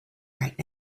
right